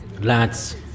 Lads